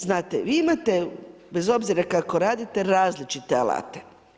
Znate, vi imate, bez obzira kako radite različite alate.